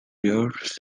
years